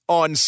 on